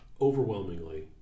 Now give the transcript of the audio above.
overwhelmingly